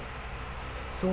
so